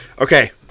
Okay